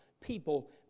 people